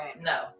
no